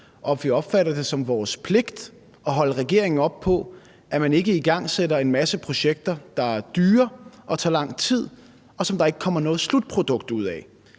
vi opfatter det som vores pligt at holde regeringen op på, at man ikke igangsætter en masse projekter, der er dyre og tager lang tid, og som der ikke kommer noget slutprodukt ud af.